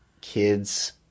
kids